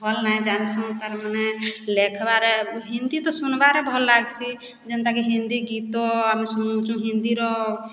ଭଲ୍ ନାଇଁ ଜାନ୍ସନ୍ ତାର୍ ମାନେ ଲେଖ୍ବାରେ ହିନ୍ଦୀ ତ ଶୁନ୍ବାରେ ଭଲ୍ ଲାଗ୍ସି ଯେନ୍ତା କି ହିନ୍ଦୀ ଗୀତ ଆମେ ଶୁଣୁଛୁଁ ହିନ୍ଦୀର